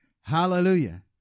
Hallelujah